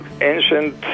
ancient